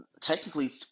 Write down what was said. Technically